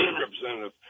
Representative